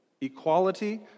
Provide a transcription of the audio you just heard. Equality